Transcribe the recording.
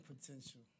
potential